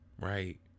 Right